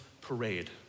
parade